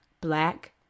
Black